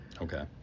okay